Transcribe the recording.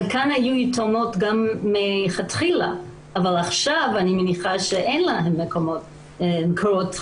חלקן היו יתומות מלכתחילה אבל עכשיו אני מניחה שאין להן מקורות תמיכה.